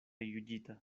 juĝita